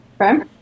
Okay